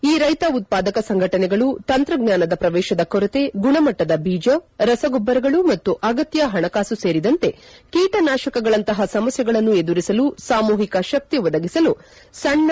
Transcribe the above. ಈ ರೈಕ ಉತ್ಪಾದಕ ಸಂಘಟನೆಗಳು ತಂತ್ರಜ್ಞಾನದ ಪ್ರವೇಶದ ಕೊರತೆ ಗುಣಮಟ್ಟದ ಬೀಜ ರಸಗೊಬ್ಬರಗಳು ಮತ್ತು ಅಗತ್ಯ ಪಣಕಾಸು ಸೇರಿದಂತೆ ಕೀಟನಾಶಕಗಳಂತಹ ಸಮಸ್ಯೆಗಳನ್ನು ಎದುರಿಸಲು ಸಾಮೂಹಿಕ ಶಕ್ತಿ ಒದಗಿಸಲು ಸಣ್ಣ